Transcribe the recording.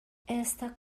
esta